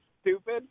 stupid